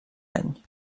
any